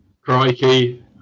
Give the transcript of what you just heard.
Crikey